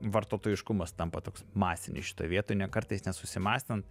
vartotojiškumas tampa toks masinis šitoj vietoj ane kartais nesusimąstant